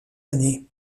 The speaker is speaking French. année